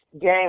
game